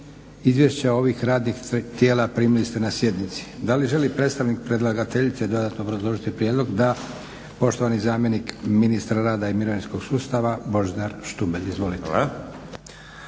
Izvješća ovih radnih tijela primili ste na sjednici. Da li želi predstavnik predlagateljice dodatno obrazložiti prijedlog? Da. Poštovani zamjenik ministra rada i mirovinskog sustava Božidar Štubelj. Izvolite.